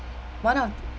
one of th~